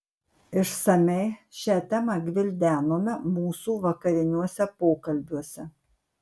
išsamiai šią temą gvildenome mūsų vakariniuose pokalbiuose